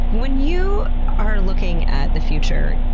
when you are looking at the future,